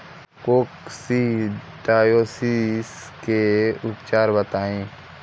Coccidiosis के उपचार बताई?